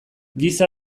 giza